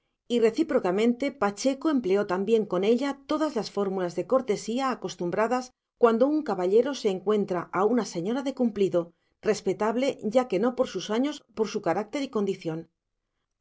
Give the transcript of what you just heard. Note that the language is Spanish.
y recíprocamente pacheco empleó también con ella todas las fórmulas de cortesía acostumbradas cuando un caballero se encuentra a una señora de cumplido respetable ya que no por sus años por su carácter y condición